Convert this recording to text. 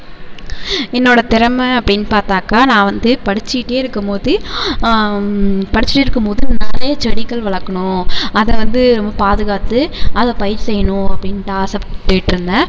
என்னோடய திறம அப்படின்னு பார்த்தாக்கா நான் வந்து படிச்சிக்கிட்டே இருக்கும்போது படிச்சிட்டு இருக்கும்போது நிறைய செடிகள் வளர்க்கணும் அதை வந்து பாதுகாத்து அதை பயிர் செய்யணும் அப்படின்ட்டு ஆசைப்பட்டுட்டுருந்தேன்